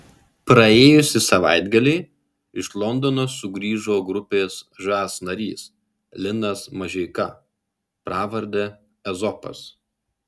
praėjusį savaitgalį iš londono sugrįžo grupės žas narys linas mažeika pravarde ezopas